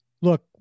look